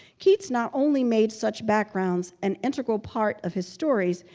keats not only made such backgrounds an integral part of his stories,